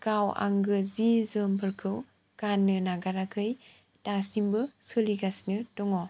गाव आंगो जि जोमफोरखौ गाननो नागाराखै दासिमबो सोलिगासिनो दङ